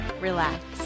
relax